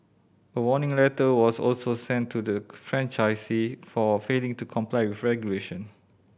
a warning letter was also sent to the franchisee for failing to comply with regulation